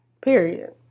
Period